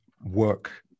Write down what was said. work